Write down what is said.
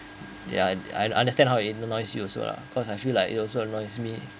ya I understand how it's annoys you also lah cause I feel like it also annoys me